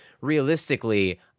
realistically